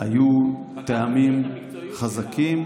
--- היו טעמים חזקים.